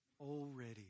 Already